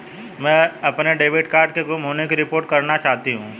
मैं अपने debit card के गुम होने की रिपोर्ट करना चाहती हूँ